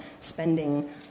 spending